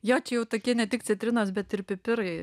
jo čia jau tokie ne tik citrinos bet ir pipirai